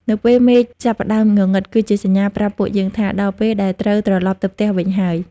នៅពេលមេឃចាប់ផ្ដើមងងឹង គឺជាសញ្ញាប្រាប់ពួកយើងថា ដល់ពេលដែលត្រូវត្រឡប់ទៅផ្ទះវិញហើយ។